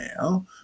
now